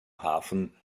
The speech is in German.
hafen